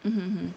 mm mm mm